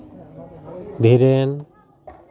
ᱫᱷᱤᱨᱮᱱ